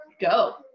go